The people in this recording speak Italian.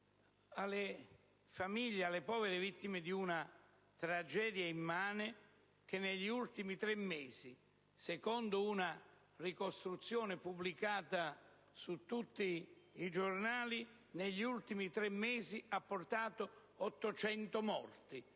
alle famiglie delle povere vittime di una tragedia immane che, negli ultimi tre mesi - secondo una ricostruzione pubblicata su tutti i giornali - ha provocato 800 morti.